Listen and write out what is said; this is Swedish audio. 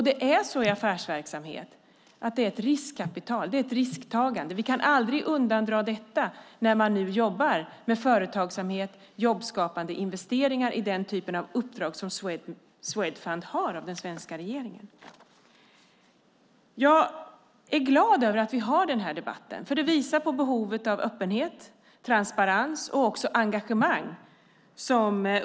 Det är så i affärsverksamhet att det är ett riskkapital, ett risktagande. Vi kan aldrig undandra detta när man jobbar med företagsamhet och jobbskapande investeringar i den typ av uppdrag som Swedfund har fått av den svenska regeringen. Jag är glad över att vi har den här debatten. Den visar på behovet av öppenhet, transparens och engagemang.